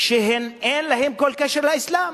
שאין להם כל קשר לאסלאם.